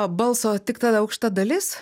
balso tik ta aukšta dalis